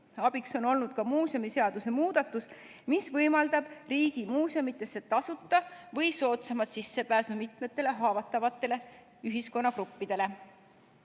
Abiks on olnud ka muuseumiseaduse muudatus, mis võimaldab riigi muuseumidesse tasuta või soodsamat sissepääsu mitmetele haavatavatele ühiskonnagruppidele.